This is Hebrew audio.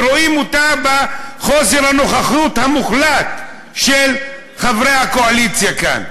ורואים אותה בחוסר הנוכחות המוחלט של חברי הקואליציה כאן.